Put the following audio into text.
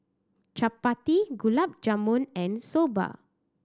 Chapati Gulab Jamun and Soba